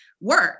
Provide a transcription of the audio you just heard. work